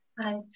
Hi